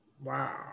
Wow